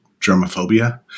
germophobia